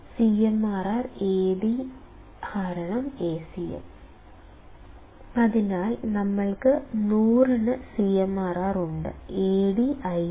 CMRR AdAcm അതിനാൽ ഞങ്ങൾക്ക് 100 ന് CMRR ഉണ്ട് Ad 5000